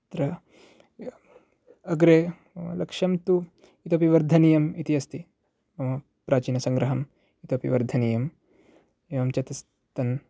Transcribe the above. तत्र अग्रे लक्ष्यं तु इतोऽपि वर्धनीयम् इति अस्ति मम प्राचीनसङ्ग्रहम् इतोऽपि वर्धनीयम् एवं च तस् तन्